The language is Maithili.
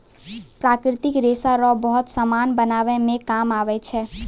प्राकृतिक रेशा रो बहुत समान बनाय मे काम आबै छै